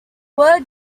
word